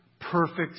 perfect